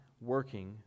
working